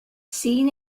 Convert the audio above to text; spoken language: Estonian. siin